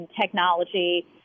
technology